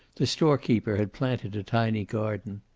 the storekeeper had planted a tiny garden.